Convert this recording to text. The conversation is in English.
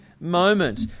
moment